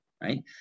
right